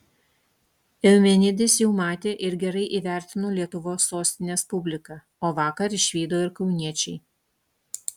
eumenides jau matė ir gerai įvertino lietuvos sostinės publika o vakar išvydo ir kauniečiai